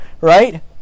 right